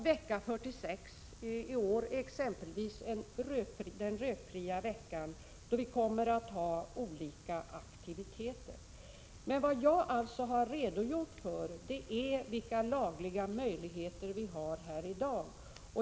Vecka 46 i år är vidare ”den rökfria veckan”, då vi kommer att ha olika aktiviteter. Vad jag här har redogjort för är alltså vilka lagliga möjligheter vi har i dag.